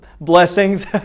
blessings